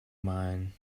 mine